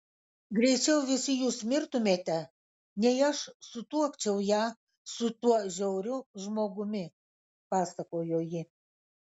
greičiau visi jūs mirtumėte nei aš sutuokčiau ją su tuo žiauriu žmogumi pasakojo ji